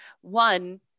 One